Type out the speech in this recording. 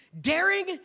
daring